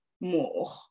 more